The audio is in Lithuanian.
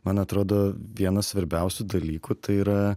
man atrodo vienas svarbiausių dalykų tai yra